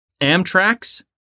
Amtrak's